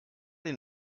den